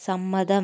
സമ്മതം